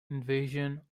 invasion